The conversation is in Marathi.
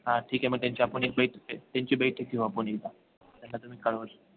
हां ठीक आहे मग त्यांच्या आपण एक बैठक त्यांची बैठक ठेऊ आपण एकदा त्यांना तुम्ही कळवा